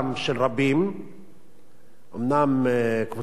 אומנם קבוצות קטנות עושות את המעשה האלים,